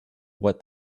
what